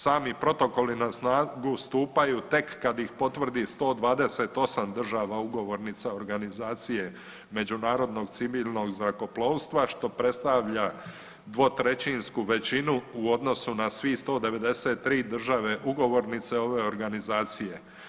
Sami protokoli na snagu stupaju tek kad ih potvrdi 128 država ugovornica Organizacije međunarodnog civilnog zrakoplovstva, što predstavlja dvotrećinsku većinu u odnosu na svih 193 države ugovornice ove organizacije.